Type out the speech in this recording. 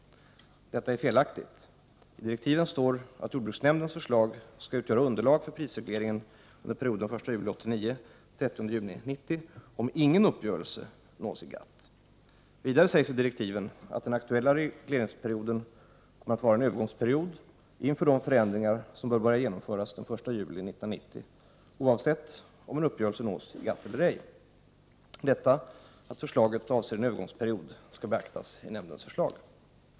Detta är felaktigt. I direktiven står att jordbruksnämndens förslag skall utgöra underlag för prisregleringen under perioden den 1 juli 1989— den 30 juni 1990 om ingen uppgörelse nås i GATT. Vidare sägs i direktiven att den aktuella regleringsperioden kommer att vara en övergångsperiod inför de förändringar som bör börja genomföras den 1 juli 1990, oavsett om en uppgörelse nås i GATT eller ej. Detta — att förslaget avser en övergångsperiod — skall beaktas i nämndens förslag.